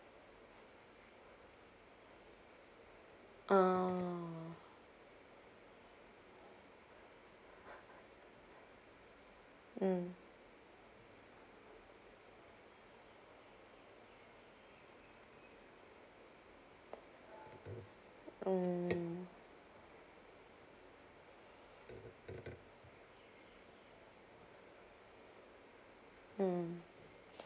ah mm mm mm